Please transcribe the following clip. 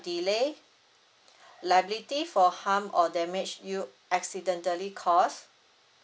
delay liability for harm or damage you accidentally caused